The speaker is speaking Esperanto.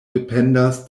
dependas